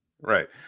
Right